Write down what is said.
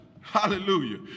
Hallelujah